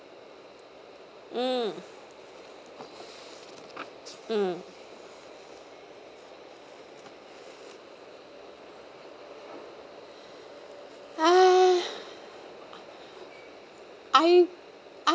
mm mm uh I